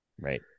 right